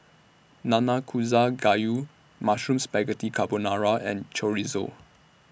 Nanakusa Gayu Mushroom Spaghetti Carbonara and Chorizo